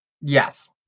Yes